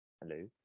Hello